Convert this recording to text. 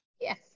Yes